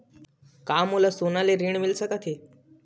का मोला सोना ले ऋण मिल सकथे?